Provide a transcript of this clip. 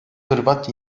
hırvat